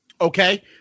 okay